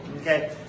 Okay